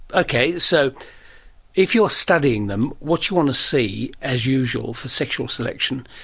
okay, so if you're studying them, what you want to see, as usual, for sexual selection,